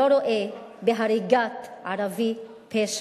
לא רואה בהריגת ערבי פשע.